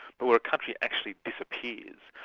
but where a country actually disappears,